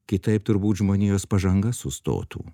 kitaip turbūt žmonijos pažanga sustotų